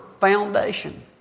foundation